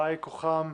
באי כוחם,